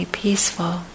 peaceful